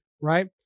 right